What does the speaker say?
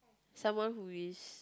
someone who is